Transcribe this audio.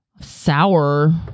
sour